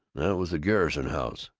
was the garrison house.